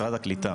משרד הקליטה,